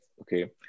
okay